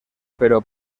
pero